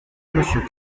monsieur